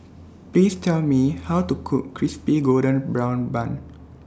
Please Tell Me How to Cook Crispy Golden Brown Bun